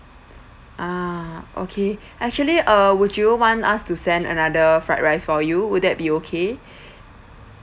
ah okay actually err would you want us to send another fried rice for you would that be okay